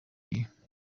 gihe